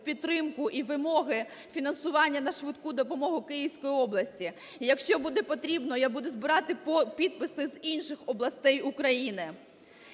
підтримку і вимоги фінансування на "швидку допомогу" Київської області. І якщо буде потрібно, я буду збирати підписи з інших областей України.